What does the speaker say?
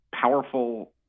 powerful